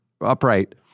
upright